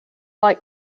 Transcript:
like